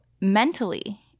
mentally